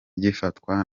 gifatwa